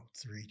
three